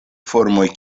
formoj